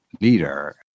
leader